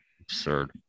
Absurd